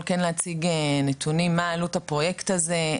להציג נתונים של מה עלות הפרויקט הזה,